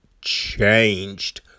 changed